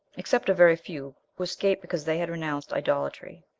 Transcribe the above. except a very few who escape because they had renounced idolatry.